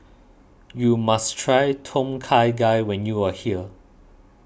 you must try Tom Kha Gai when you are here